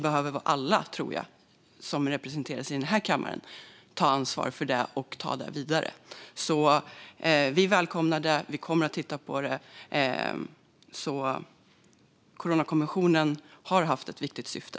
Jag tror att alla representanter i den här kammaren behöver ta ansvar för detta och ta det vidare. Vi välkomnar detta, och vi kommer att titta på det. Coronakommissionen har haft ett viktigt syfte.